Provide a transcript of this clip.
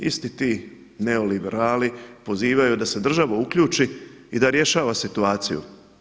Isti ti neoliberali pozivaju da se država uključi i da rješava situaciju.